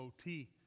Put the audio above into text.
OT